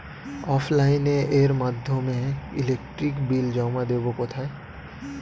অফলাইনে এর মাধ্যমে ইলেকট্রিক বিল জমা দেবো কোথায়?